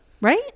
Right